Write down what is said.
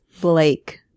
blake